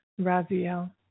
Raziel